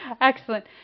Excellent